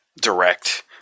direct